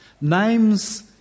Names